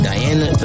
Diana